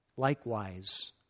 likewise